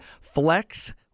Flex